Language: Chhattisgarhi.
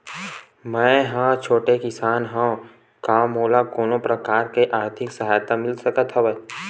मै ह छोटे किसान हंव का मोला कोनो प्रकार के आर्थिक सहायता मिल सकत हवय?